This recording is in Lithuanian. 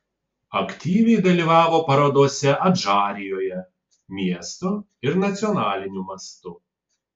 aktyviai dalyvavo parodose adžarijoje miesto ir nacionaliniu mastu